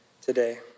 today